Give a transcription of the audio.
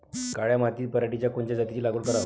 काळ्या मातीत पराटीच्या कोनच्या जातीची लागवड कराव?